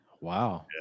Wow